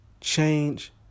change